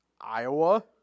Iowa